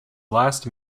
last